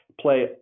play